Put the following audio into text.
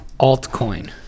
altcoin